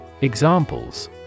Examples